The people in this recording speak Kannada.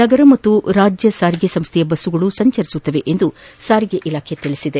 ನಗರ ಮತ್ತು ರಾಜ್ಞ ಸಾರಿಗೆ ಸಂಸ್ಥೆಯ ಬಸ್ಗಳು ಸಂಚರಿಸುತ್ತವೆ ಎಂದು ಸಾರಿಗೆ ಇಲಾಖೆ ತಿಳಿಸಿದೆ